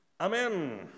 Amen